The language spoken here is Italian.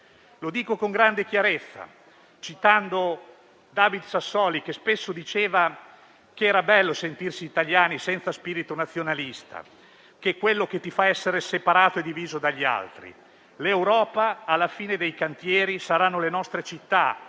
Lo dico con grande chiarezza, citando David Sassoli, il quale spesso diceva che era bello sentirsi italiani senza spirito nazionalista, che è quello che ti fa essere separato e diviso dagli altri. L'Europa, alla fine dei cantieri, saranno le nostre città